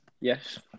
Yes